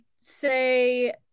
say